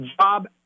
job